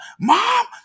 mom